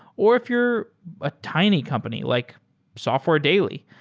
or if you're a tiny company like software daily.